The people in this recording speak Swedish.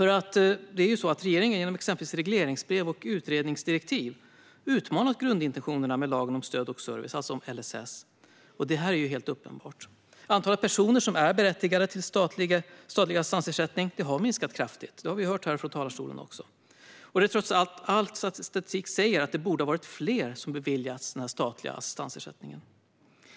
Regeringen har genom exempelvis regleringsbrev och utredningsdirektiv utmanat grundintentionerna med lagen om stöd och service till vissa funktionshindrade, det vill säga LSS. Det är helt uppenbart. Antalet personer som är berättigade till statlig assistansersättning har minskat kraftigt. Det har vi hört från talarstolen. Och det har skett trots att all statistik säger att det borde ha varit fler som beviljats den statliga assistansersättningen.